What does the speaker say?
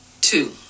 Two